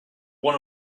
one